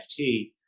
NFT